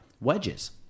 wedges